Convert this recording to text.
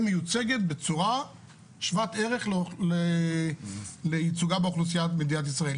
מיוצגת בצורה שוות ערך לייצוגה באוכלוסיית מדינת ישראל.